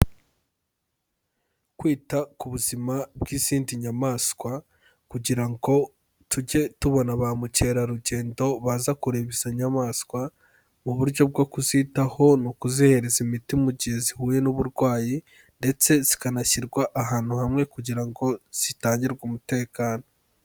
Kwita ku buzima bw'izindi nyamaswa kugira ngo tujye tubona ba mukerarugendo baza kureba izo nyamaswa. Uburyo bwo kuzitaho ni ukuzihereza imiti mu gihe zihuye n'uburwayi ndetse zikanashyirwa ahantu hamwe, kugira ngo zitangirwe umutekano.